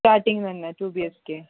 starting വരുന്നത് two B H K